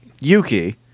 Yuki